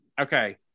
Okay